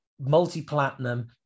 multi-platinum